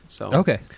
Okay